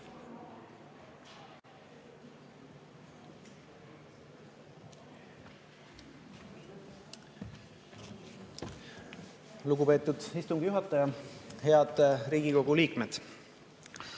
Lugupeetud istungi juhataja! Head Riigikogu liikmed!